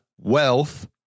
wealth